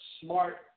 smart